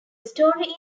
story